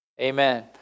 amen